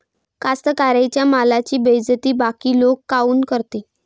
कास्तकाराइच्या मालाची बेइज्जती बाकी लोक काऊन करते?